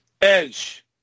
Edge